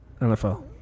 NFL